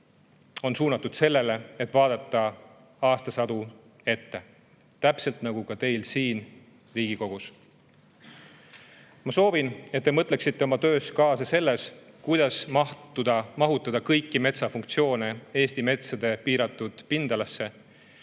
on suunatud sellele, et vaadata aastasadu ette, täpselt nagu ka teie töö siin Riigikogus. Ma soovin, et te mõtleksite oma töös kaasa, kuidas mahutada kõiki metsafunktsioone Eesti metsade piiratud pindalasse.